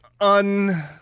un